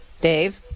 Dave